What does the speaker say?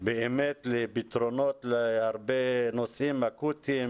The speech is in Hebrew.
באמת לפתרונות להרבה נושאים אקוטיים,